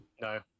No